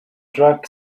drank